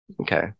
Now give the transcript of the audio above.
Okay